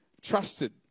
trusted